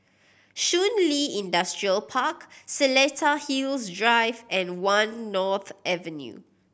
Shun Li Industrial Park Seletar Hills Drive and One North Avenue